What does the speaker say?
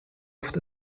oft